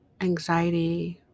anxiety